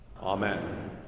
Amen